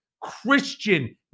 Christian